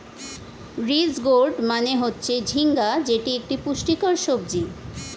ridge gourd মানে হচ্ছে ঝিঙ্গা যেটি এক পুষ্টিকর সবজি